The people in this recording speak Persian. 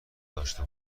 داشته